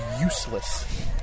useless